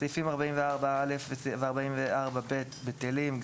סעיפים 44א ו-44ב בטלים.